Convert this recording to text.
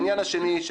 העניין השני הוא,